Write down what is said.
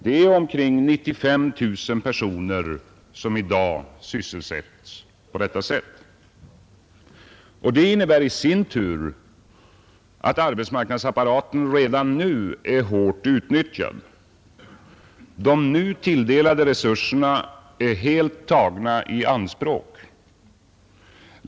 Det är omkring 95 000 personer som i dag sysselsätts i sådan verksamhet. Detta innebär i sin tur att arbetsmarknadsapparaten redan är hårt utnyttjad. De nu tilldelade resurserna är helt tagna i anspråk.